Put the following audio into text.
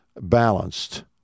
Balanced